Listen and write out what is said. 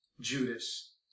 Judas